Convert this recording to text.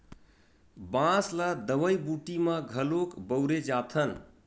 बांस ल दवई बूटी म घलोक बउरे जाथन